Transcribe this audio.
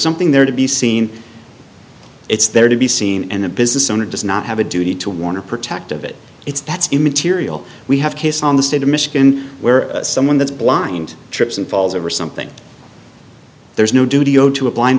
something there to be seen it's there to be seen and a business owner does not have a duty to warn or protect of it it's that's immaterial we have case on the state of michigan where someone that's blind trips and falls over something there's no duty oh to a blind